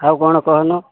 ଆଉ କ'ଣ କହୁନୁ